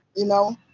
you know?